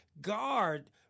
guard